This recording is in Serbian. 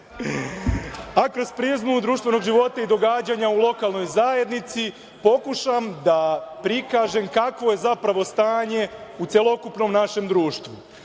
a kroz prizmu društvenog života i događanja u lokalnoj zajednici pokušam da prikažem kakvo je zapravo stanje u celokupnom našem društvu. Smatram